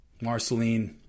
Marceline